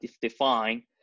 define